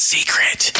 Secret